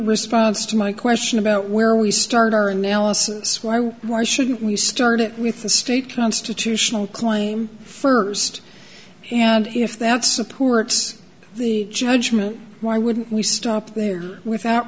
response to my question about where we start our analysis why more shouldn't we started with the state constitutional claim first and if that supports the judgment why would we stop there without